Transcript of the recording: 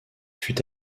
fut